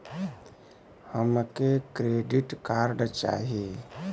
हमके credit card चाही